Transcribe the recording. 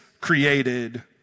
created